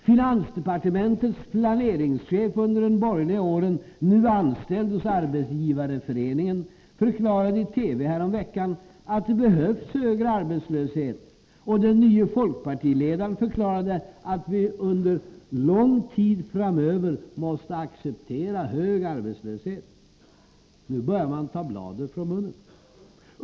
Finansdepartementets planeringschef under de borgerliga åren, nu anställd hos Arbetsgivareföreningen, förklarade i TV häromveckan att det behövs högre arbetslöshet, och den nye folkpartiledaren förklarade att vi under lång tid framöver måste acceptera en hög arbetslöshet. Nu börjar man ta bladet från munnen.